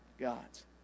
God's